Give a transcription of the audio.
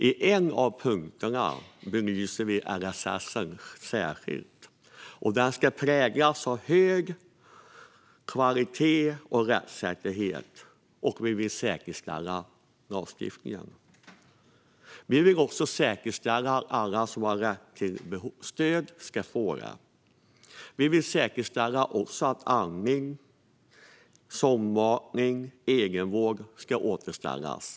I en av punkterna belyser man LSS särskilt. Den ska präglas av hög kvalitet och rättssäkerhet, och man vill säkerställa lagstiftningen. Man vill säkerställa att alla som har rätt till stöd ska få det. Man vill säkerställa att rätten till assistans för andning, sondmatning och egenvård återställs.